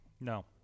No